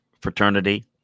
fraternity